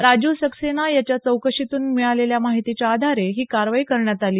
राजीव सक्सेना याच्या चौकशीतून मिळालेल्या माहितीच्या आधारे ही कारवाई करण्यात आली